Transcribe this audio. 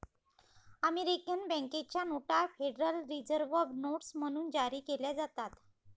American बँकेच्या नोटा federal reserve notes म्हणून जारी केल्या जातात